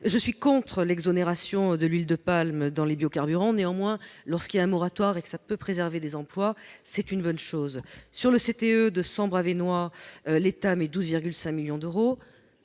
Je suis contre l'exonération de l'huile de palme dans les biocarburants. Néanmoins, lorsqu'il y a un moratoire et que cela peut préserver des emplois, c'est une bonne chose. Sur le CTE de Sambre-Avesnois, l'État met 12,5 millions d'euros.